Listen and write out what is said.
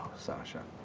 sasha.